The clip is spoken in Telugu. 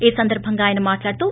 ఈ సందర్బంగా ఆయన మాట్లాడుతూ